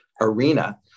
arena